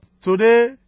Today